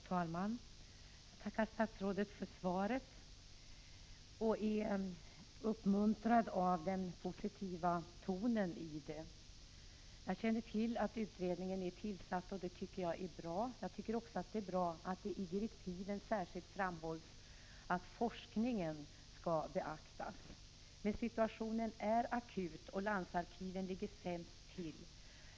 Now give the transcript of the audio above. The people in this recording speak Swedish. Herr talman! Jag tackar statsrådet för svaret och jag är uppmuntrad av den positiva tonen i det. Jag känner till att utredningen är tillsatt, och det tycker jag är bra. Det är också bra att det i direktiven särskilt framhålls att forskningens behov skall beaktas. Situationen är emellertid akut, och landsarkiven ligger sämst till.